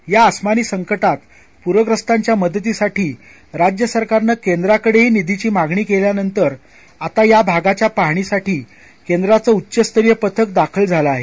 याआस्मानीसंकटातपूर्यस्तांच्यामदतीसाठीराज्यसरकारनंकेंद्राकडेहीनिधीचीमागणीकेल्यानंतरबआतायाभागाच्यापाह णीसाठीकेंद्राचंउच्चस्तरीयपथकदाखालझालंआहे